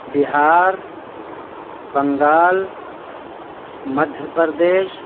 Bihar Bengal Madhya Pradesh